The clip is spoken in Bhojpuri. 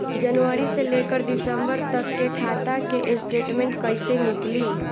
जनवरी से लेकर दिसंबर तक के खाता के स्टेटमेंट कइसे निकलि?